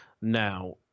now